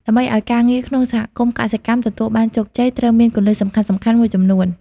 ដើម្បីឲ្យការងារក្នុងសហគមន៍កសិកម្មទទួលបានជោគជ័យ ត្រូវមាន គន្លឹះសំខាន់ៗ មួយចំនួន។